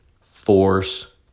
force